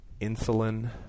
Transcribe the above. insulin